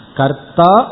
karta